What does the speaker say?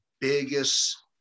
biggest